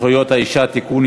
זכויות האישה (תיקון,